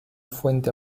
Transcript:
fuente